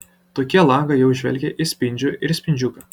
tokie langai jau žvelgia į spindžių ir spindžiuką